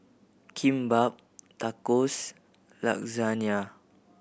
Kimbap Tacos Lasagna